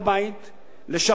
לשפץ אותה ולמכור אותה.